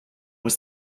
was